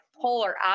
polar